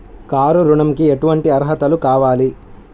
Car ఋణంకి ఎటువంటి అర్హతలు కావాలి?